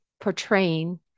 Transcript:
portraying